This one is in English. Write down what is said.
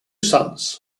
sons